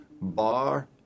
Bar